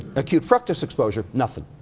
acute fructose exposure. nothing,